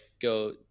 go